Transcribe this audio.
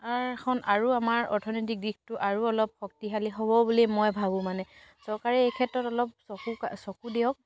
বজাৰখন আৰু আমাৰ অৰ্থনৈতিক দিশটো আৰু অলপ শক্তিশালী হ'ব বুলি মই ভাবোঁ মানে চৰকাৰে এই ক্ষেত্ৰত অলপ চকু কাণ চকু দিয়ক